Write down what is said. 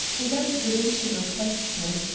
without greeting or question,